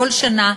כל שנה,